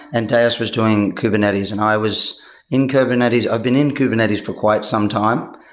and deis was doing kubernetes, and i was in kubernetes i've been in kubernetes for quite some time.